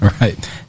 Right